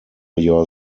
your